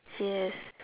yes